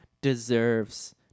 deserves